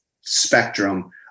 spectrum